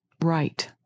right